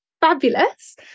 fabulous